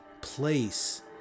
place